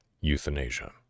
euthanasia